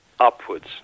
upwards